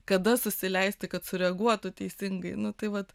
kada susileisti kad sureaguotų teisingai nu tai vat